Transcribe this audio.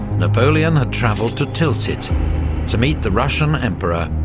napoleon had travelled to tilsit to meet the russian emperor,